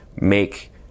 make